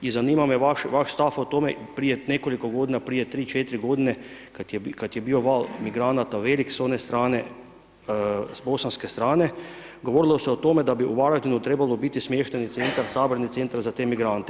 I zanima me vaš stav o tome, prije nekoliko godina, prije 3, 4 godine kada je bio val migranata velik s one strane, s bosanske strane, govorilo se o tome da bi u Varaždinu trebao biti smještajni centar, sabirni centar za te migrante.